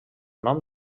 nom